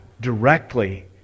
directly